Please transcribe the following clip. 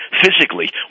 physically